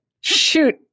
Shoot